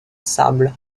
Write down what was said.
sable